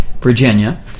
virginia